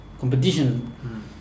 competition